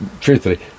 Truthfully